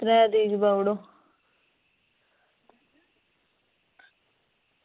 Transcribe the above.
त्रै तरीक पाई ओड़ो